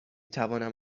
توانم